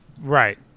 Right